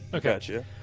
Gotcha